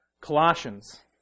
Colossians